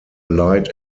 light